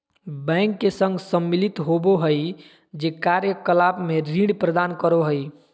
bank के संघ सम्मिलित होबो हइ जे कार्य कलाप में ऋण प्रदान करो हइ